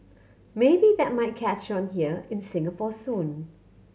maybe that might catch on here in Singapore soon